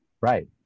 right